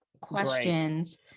questions